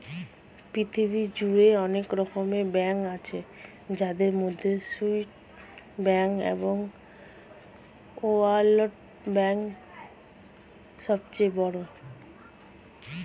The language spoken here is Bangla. পৃথিবী জুড়ে অনেক রকমের ব্যাঙ্ক আছে যাদের মধ্যে সুইস ব্যাঙ্ক এবং ওয়ার্ল্ড ব্যাঙ্ক সবচেয়ে বড়